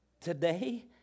Today